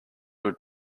would